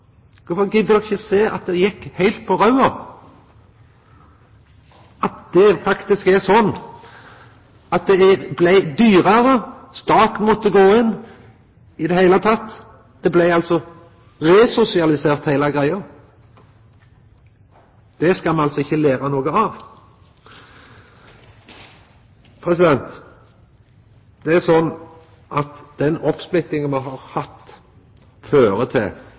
Korfor gidd de ikkje sjå at det gjekk heilt «på rauå» – at det faktisk er sånn at det blei dyrare, staten måtte gå inn? I det heile: Heile greia blei resosialisert. Det skal me altså ikkje læra noko av! Det er sånn at den oppsplittinga me har hatt, fører til